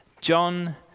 John